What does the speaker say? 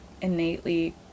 innately